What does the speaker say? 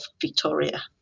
Victoria